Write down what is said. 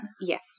Yes